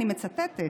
אני מצטטת,